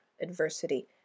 adversity